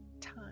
time